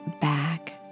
back